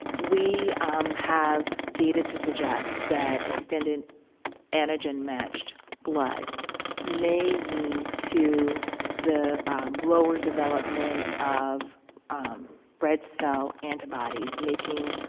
we have data to suggest that extended antigen-matched blood may lead to the lower development of red cell antibodies, making